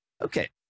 Okay